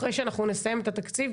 אחרי שאנחנו נסיים את התקציב,